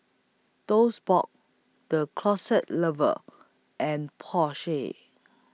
Toast Box The Closet Lover and Porsche